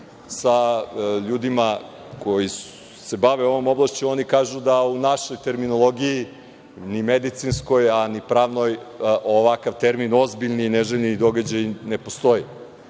sa ljudima koji se bave ovom oblašću oni kažu da u našoj terminologiji, ni medicinskoj, a ni pravnoj, ovakav termin „ozbiljni, neželjeni događaji“ ne postoji